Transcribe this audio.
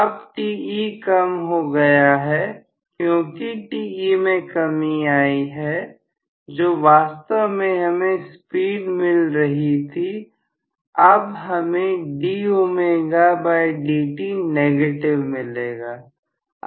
अब Te कम हो गया है क्योंकि Te में कमी आई है जो वास्तव में हमें स्पीड मिल रही थी अब हमें dω dt नेगेटिव मिलेगा